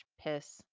piss